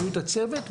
בריאות הצוות,